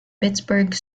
pittsburgh